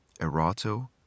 Erato